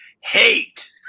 HATE